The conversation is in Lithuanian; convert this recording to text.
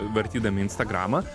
vartydami instagramą